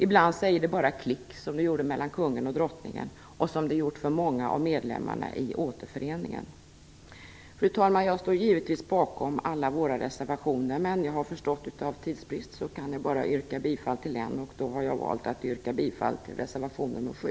Ibland säger det bara klick som det gjorde mellan kungen och drottningen och som det gjort för många av medlemmarna i Återföreningen. Fru talman! Jag står bakom alla våra reservationer, men jag har förstått att jag på grund av tidsbristen bara kan yrka bifall till en av dem. Jag har då valt att yrka bifall till reservation nr 7.